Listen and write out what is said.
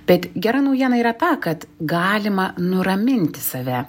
bet gera naujiena yra ta kad galima nuraminti save